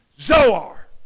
Zoar